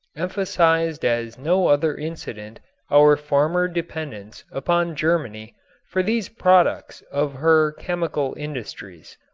emphasized as no other incident our former dependence upon germany for these products of her chemical industries.